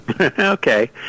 okay